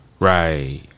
right